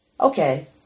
okay